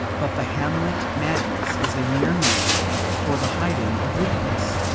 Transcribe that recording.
but the hamlet madness is a mere mask for the hiding of weakness.